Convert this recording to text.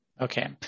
okay